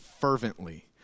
fervently